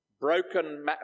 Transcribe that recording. Broken